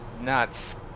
nuts